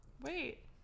wait